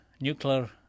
nuclear